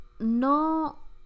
No